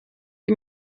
die